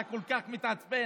אתה כל כך מתעצבן.